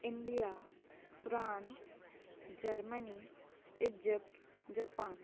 India France Germany Egypt Japan